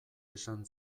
esan